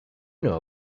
know